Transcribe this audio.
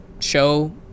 show